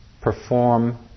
perform